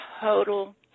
total